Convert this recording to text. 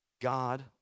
God